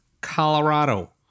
Colorado